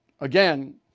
again